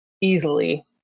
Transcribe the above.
easily